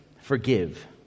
forgive